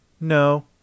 No